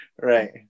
Right